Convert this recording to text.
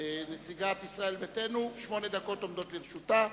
נציגת ישראל ביתנו, שמונה דקות עומדות לרשותה.